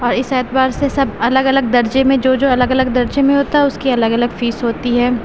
اور اس اعتبار سے سب الگ الگ درجے میں جو جو الگ الگ درجے میں ہوتا ہے اس کی الگ الگ فیس ہوتی ہے